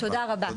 תודה רבה.